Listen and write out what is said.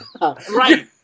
Right